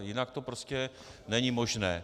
Jinak to prostě není možné.